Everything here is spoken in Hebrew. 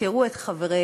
יזכרו את חבריהם,